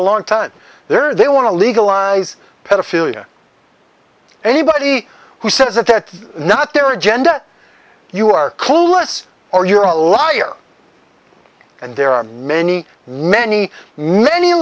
a long time there they want to legalize pedophilia anybody who says that that not their agenda you are clueless or you're a liar and there are many many many